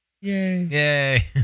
Yay